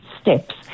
steps